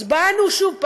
אז באנו שוב,